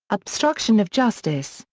obstruction of justice,